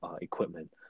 equipment